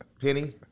Penny